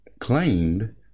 claimed